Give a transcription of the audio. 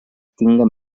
tinga